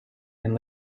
and